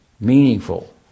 meaningful